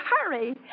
hurry